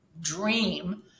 dream